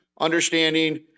understanding